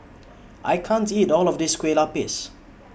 I can't eat All of This Kueh Lapis